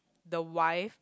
the wife